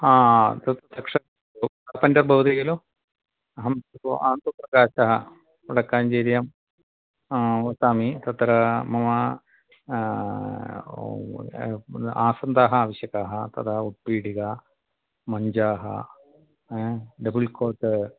हा तत् भवति खलु अहं आन्द्रप्रकाशः वडक्काञ्जेर्यां वसामि तत्र मम आसन्दाः आवश्यकाः तदा उत्पीठिका मञ्चाः डबुल्कोट्